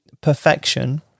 perfection